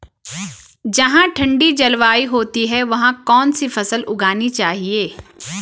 जहाँ ठंडी जलवायु होती है वहाँ कौन सी फसल उगानी चाहिये?